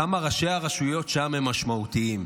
כמה ראשי הרשויות שם הם משמעותיים,